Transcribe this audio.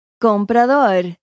comprador